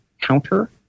counter